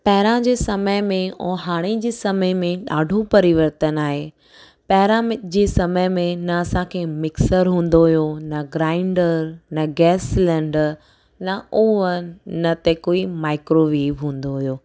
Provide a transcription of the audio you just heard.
पहिरां जे समय में ऐं हाणे जे समय में ॾाढो परिवर्तन आहे पहिरां में जे समय में न असांखे मिक्सर हूंदो हुयो न ग्राइंडर न गैस सिलेंडर न ओवन न ते कोई माइक्रोवेव हूंदो हुयो